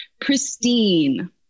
pristine